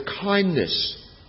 kindness